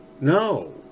No